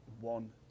one